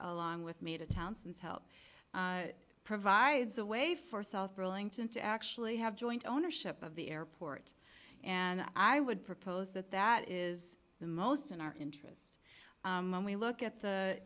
along with made a townsend's help it provides a way for south burlington to actually have joint ownership of the airport and i would propose that that is the most in our interest when we look at the